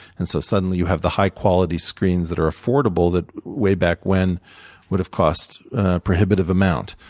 and so suddenly, you have the high quality screens that are affordable that way back when would have cost a prohibitive amount.